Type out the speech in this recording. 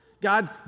God